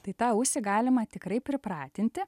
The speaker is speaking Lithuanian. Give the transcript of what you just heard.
tai tą ausį galima tikrai pripratinti